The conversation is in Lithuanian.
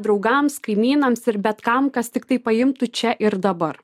draugams kaimynams ir bet kam kas tiktai paimtų čia ir dabar